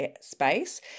space